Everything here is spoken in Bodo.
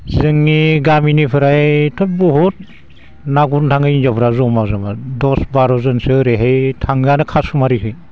जोंनि गामिनिफ्रायथ' बहुद ना गुरनो थाङो हिनजावफ्रा जमा जमा दस बार' जनसो ओरैहाय थाङोआनो खसुमारिहै